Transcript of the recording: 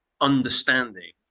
understanding